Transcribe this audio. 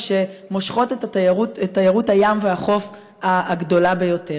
שמושכות את תיירות הים והחוף הגדולה ביותר.